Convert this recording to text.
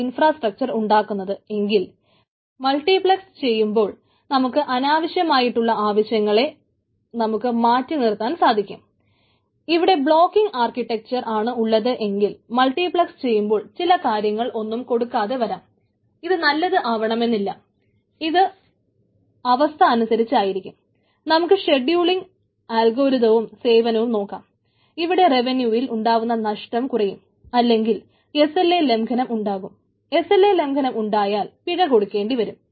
ഇവിടെ പീക്കിൽ ലംഘനം ഉണ്ടായാൽ പിഴ കൊടുക്കേണ്ടിവരും